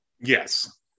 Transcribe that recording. yes